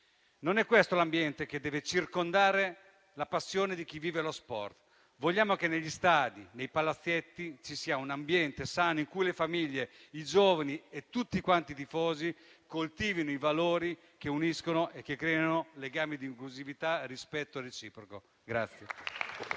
Non è questo l'ambiente che deve circondare la passione di chi vive lo sport. Vogliamo che negli stadi e nei palazzetti ci sia un ambiente sano, in cui le famiglie, i giovani e tutti i tifosi coltivino i valori che uniscono e creano legami di inclusività e rispetto reciproco.